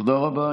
תודה רבה.